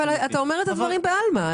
אבל אתה אומר את הדברים בעלמא.